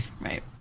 Right